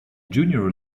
junior